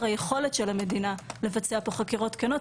היכולת של המדינה לבצע פה חקירות תקינות,